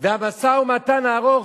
והמשא-ומתן הארוך,